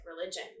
religion